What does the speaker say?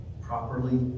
properly